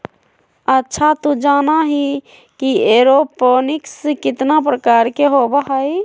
अच्छा तू जाना ही कि एरोपोनिक्स कितना प्रकार के होबा हई?